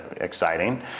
exciting